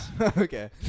Okay